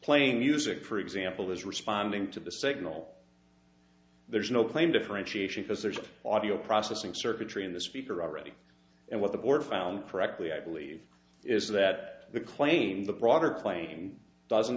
playing music for example is responding to the signal there's no claim differentiation because there's audio processing circuitry in the speaker already and what the board found correctly i believe is that the claim the broader playing doesn't